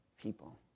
people